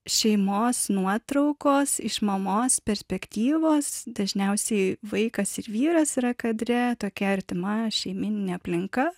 šeimos nuotraukos iš mamos perspektyvos dažniausiai vaikas ir vyras yra kadre tokia artima šeimyninė aplinka